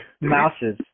Mouses